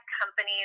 companies